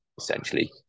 essentially